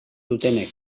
dutenek